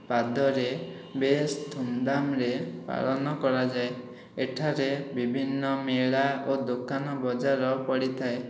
ପାଦରେ ବେଶ ଧୁମଧାମରେ ପାଳନ କରାଯାଏ ଏଠାରେ ବିଭିନ୍ନ ମେଳା ଓ ଦୋକାନ ବଜାର ପଡ଼ିଥାଏ